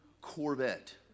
Corvette